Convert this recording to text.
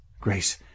Grace